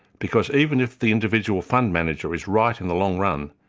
because even if the individual fund manager is right in the long run,